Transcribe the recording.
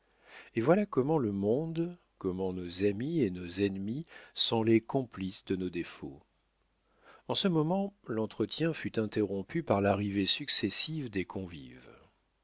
et voilà comment le monde comment nos amis et nos ennemis sont les complices de nos défauts en ce moment l'entretien fut interrompu par l'arrivée successive des convives